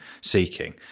seeking